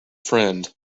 friend